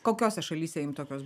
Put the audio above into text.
kokiose šalyse jum tokios